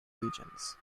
regions